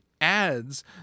ads